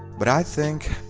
but i think,